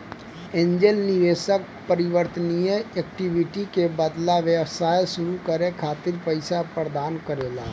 angel निवेशक परिवर्तनीय equity के बदला व्यवसाय सुरू करे खातिर पईसा प्रदान करेला